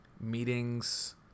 meetings